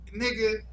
nigga